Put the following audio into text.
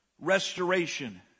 restoration